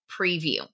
preview